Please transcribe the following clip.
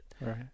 Right